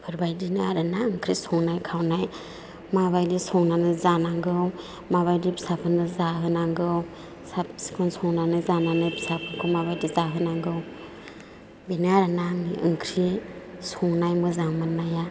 बेफोरबायदिनो आरोना ओंख्रि संनाय खावनाय माबायदि संनानै जानांगौ माबायदि फिसाफोरनो जाहोनांगौ साब सिखोन संनानै जानानै फिसाफोरखौ माबायदि जाहोनांगौ बेनो आरोना आंनि ओंख्रि संनाय मोजां मोननाया